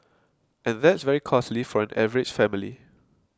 and that's very costly for an average family